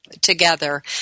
Together